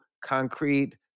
concrete